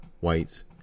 whites